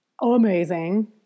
amazing